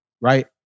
right